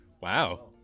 Wow